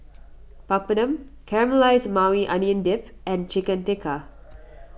Papadum Caramelized Maui Onion Dip and Chicken Tikka